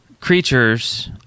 creatures